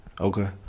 Okay